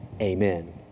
Amen